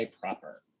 proper